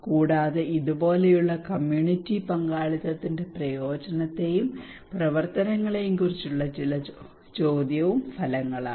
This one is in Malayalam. കൂടാതെ ഇതുപോലുള്ള കമ്മ്യൂണിറ്റി പങ്കാളിത്തത്തിന്റെ പ്രയോജനത്തെയും പ്രവർത്തനങ്ങളെയും കുറിച്ചുള്ള ചോദ്യവും ചില ഫലങ്ങളാണ്